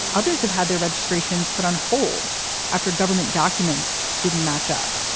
others have had their registrations put on hold after government documents didn't match up.